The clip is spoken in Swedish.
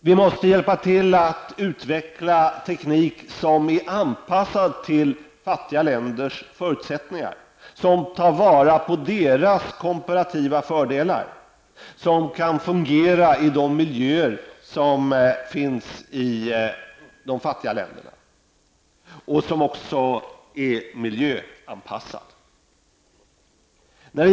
Vi måste hjälpa till att utveckla teknik som är anpassad till fattiga länders förutsättningar, som tar vara på deras komparativa fördelar, som kan fungera i de miljöer som finns i de fattiga länderna och som också är miljöanpassad.